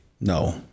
No